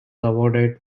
awarded